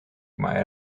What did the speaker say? mij